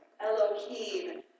Elohim